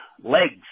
legs